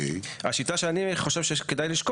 הציע תומר שהשיטה תהיה בדומה לכנסת,